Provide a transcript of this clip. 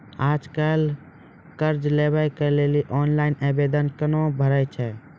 आज कल कर्ज लेवाक लेल ऑनलाइन आवेदन कूना भरै छै?